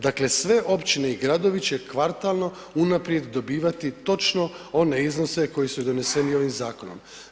Dakle, sve općine i gradovi će kvartalno unaprijed dobivati točno one iznose koji su doneseni ovim zakonom.